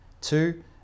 Two